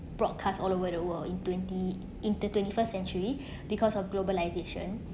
broadcast all over the world in twenty into twenty first century because of globalisation